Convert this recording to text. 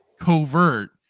covert